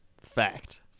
Fact